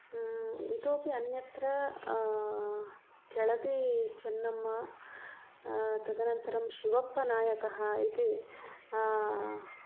इतोऽपि अन्यत्र केळदि चेन्नम्मा तदनन्तरं शिवप्पनायकः इति